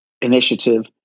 initiative